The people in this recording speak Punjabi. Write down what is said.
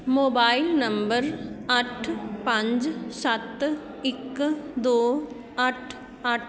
ਮੋਬਾਇਲ ਨੰਬਰ ਅੱਠ ਪੰਜ ਸੱਤ ਇੱਕ ਦੋ ਅੱਠ ਅੱਠ